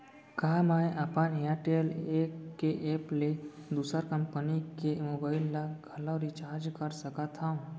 का मैं अपन एयरटेल के एप ले दूसर कंपनी के मोबाइल ला घलव रिचार्ज कर सकत हव?